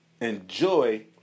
enjoy